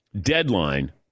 deadline